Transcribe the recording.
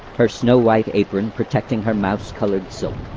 her snow-white apron protecting her mouse coloured silk.